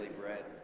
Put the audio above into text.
bread